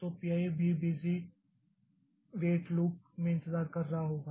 तो P i भी busy wait loop में इंतजार कर रहा होगा